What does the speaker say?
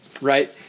right